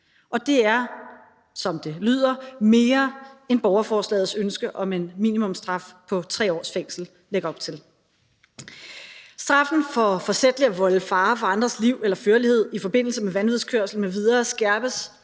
som det lyder, mere, end hvad borgerforslagets ønske om en minimumsstraf på 3 års fængsel lægger op til. Straffen for forsætligt at volde fare for andres liv eller førlighed i forbindelse med vanvidskørsel m.v. skærpes